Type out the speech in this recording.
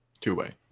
two-way